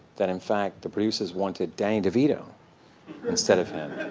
that in fact the producers wanted danny devito instead of him.